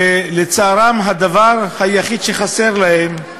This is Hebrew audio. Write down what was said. ולצערם הדבר היחיד שחסר להם הוא